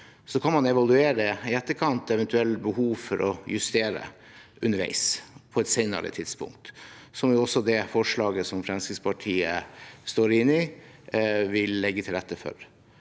Så kan man i etterkant evaluere eventuelle behov for å justere underveis – på et senere tidspunkt, som også det forslaget Fremskrittspartiet står inne i, vil legge til rette for.